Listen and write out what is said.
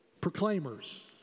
proclaimers